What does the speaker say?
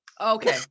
okay